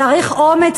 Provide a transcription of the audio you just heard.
צריך אומץ,